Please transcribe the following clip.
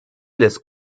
les